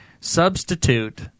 substitute